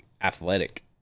athletic